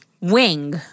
Wing